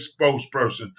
spokesperson